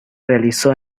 realizó